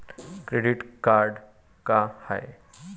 Credit card का हाय?